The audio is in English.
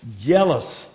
jealous